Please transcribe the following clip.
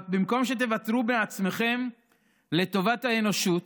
במקום שתוותרו בעצמכם לטובת האנושות,